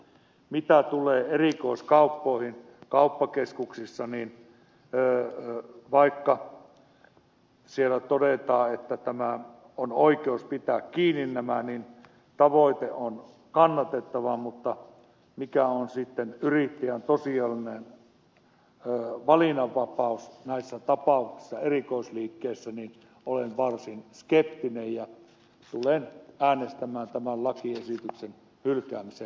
mitä tulee erikoiskauppoihin kauppakeskuksissa niin vaikka siellä todetaan että on oikeus pitää kiinni nämä ja tavoite on kannatettava mutta mikä on sitten yrittäjän tosiasiallinen valinnan vapaus näissä tapauksissa erikoisliikkeissä olen siinä varsin skeptinen ja tulen äänestämään tämän lakiesityksen hylkäämisen puolesta